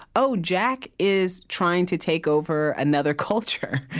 oh, jack is trying to take over another culture.